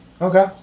okay